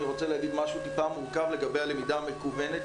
אני רוצה להגיד משהו טיפה מורכב לגבי הלמידה המקוונת,